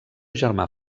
germà